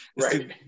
right